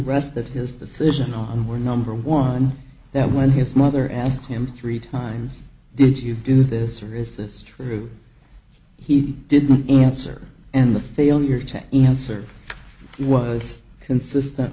rested his decision on were number one that when his mother asked him three times did you do this or is this true he didn't answer and the failure to answer was consistent